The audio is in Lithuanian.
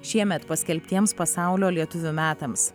šiemet paskelbtiems pasaulio lietuvių metams